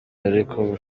ariko